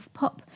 pop